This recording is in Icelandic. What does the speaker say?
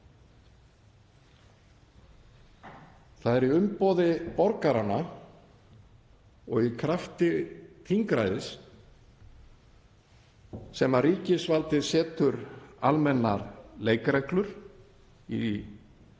Það er í umboði borgaranna og í krafti þingræðis sem ríkisvaldið setur almennar leikreglur að